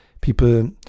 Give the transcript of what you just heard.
People